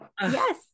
yes